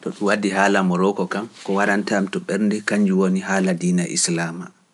To ɗum addi haala MORokko kam, ko waɗante am to ɓernde kañnju woni haala diina e Islaama.